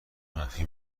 منفی